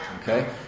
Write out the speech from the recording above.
Okay